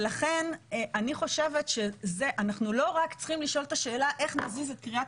לכן אני חושבת שאנחנו לא רק צריכים לשאול את השאלה איך נזיז את כריית